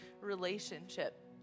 relationship